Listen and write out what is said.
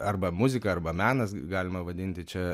arba muzika arba menas galima vadinti čia